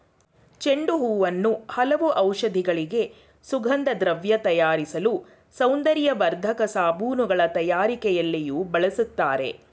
ಚೆಂಡು ಹೂವನ್ನು ಹಲವು ಔಷಧಿಗಳಿಗೆ, ಸುಗಂಧದ್ರವ್ಯ ತಯಾರಿಸಲು, ಸೌಂದರ್ಯವರ್ಧಕ ಸಾಬೂನುಗಳ ತಯಾರಿಕೆಯಲ್ಲಿಯೂ ಬಳ್ಸತ್ತರೆ